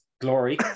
glory